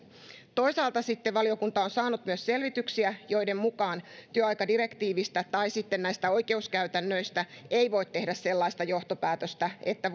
toisaalta sitten valiokunta on saanut myös selvityksiä joiden mukaan työaikadirektiivistä tai sitten näistä oikeuskäytännöistä ei voi tehdä sellaista johtopäätöstä että